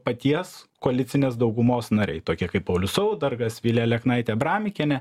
paties koalicinės daugumos nariai tokie kaip paulius saudargas vilija aleknaitė abramikienė